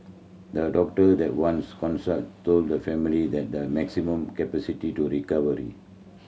the doctor they once consulted told the family that the maximum capacity to recovery